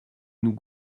nous